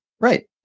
Right